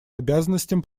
обязанностям